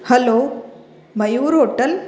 हलो Mayur hotel